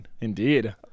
Indeed